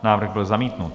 Návrh byl zamítnut.